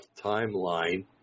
timeline